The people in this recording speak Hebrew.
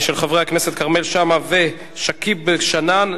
התשע"ב 2012, של חברי הכנסת כרמל שאמה ושכיב שנאן,